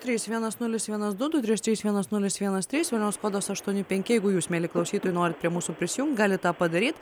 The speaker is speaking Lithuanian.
trys vienas nulis vienas du du trys trys vienas nulis vienas trys kodas aštuoni penki jeigu jūs mieli klausytojai norit prie mūsų prisijungt gali tą padaryt